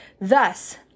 Thus